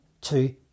two